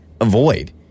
avoid